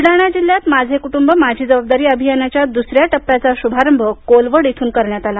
बुलडाणा जिल्ह्यात माझे कुटुंब माझी जबाबदारी अभियानाच्या दुसऱ्या टप्प्याचा शूभारंभ कोलवड येथून करण्यात आला